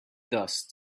dust